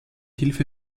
hilfe